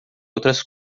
outras